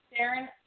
Darren